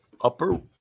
Upper